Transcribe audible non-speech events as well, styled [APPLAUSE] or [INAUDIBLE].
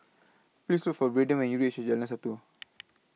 Please For Braydon when YOU REACH Jalan Satu [NOISE]